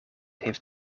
heeft